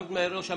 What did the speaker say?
גם את ראש המינהל,